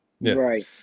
right